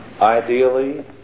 Ideally